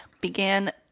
began